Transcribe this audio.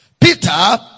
Peter